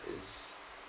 is